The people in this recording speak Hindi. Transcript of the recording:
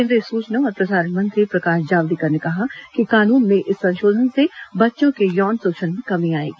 केंद्रीय सूचना और प्रसारण मंत्री प्रकाश जावड़ेकर ने कहा कि कानून में इस संशोधन से बच्चों के यौन शोषण में कमी आएगी